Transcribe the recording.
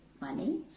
money